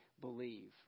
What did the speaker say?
believe